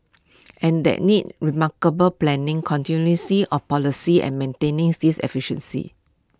and that needs remarkable planning of policy and maintaining this efficiency